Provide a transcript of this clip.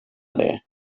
det